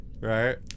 right